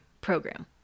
program